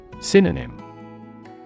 Synonym